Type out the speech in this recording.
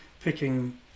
picking